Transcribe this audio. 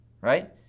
Right